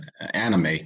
anime